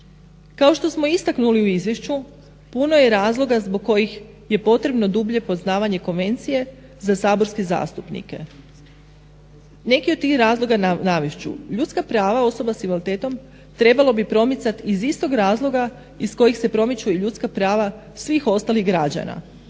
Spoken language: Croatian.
Kao što smo istaknuli u izvješću puno je razloga zbog kojih je potrebno dublje poznavanje konvencije za saborske zastupnike. Neke od tih razloga navest ću. Ljudska prava osoba s invaliditetom trebalo bi promicati iz istog razloga iz kojih se promiču ljudska prava svih ostalih građana